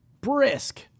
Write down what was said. brisk